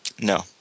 No